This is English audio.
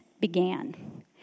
began